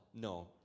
No